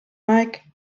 aeg